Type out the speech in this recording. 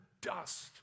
dust